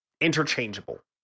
interchangeable